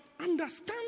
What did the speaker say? understand